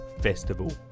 festival